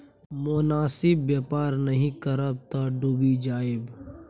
मोनासिब बेपार नहि करब तँ डुबि जाएब